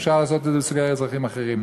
אפשר לעשות את זה לסוגי אזרחים אחרים.